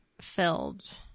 filled